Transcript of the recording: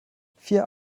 vier